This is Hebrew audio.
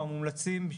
או המומלצים,